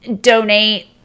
donate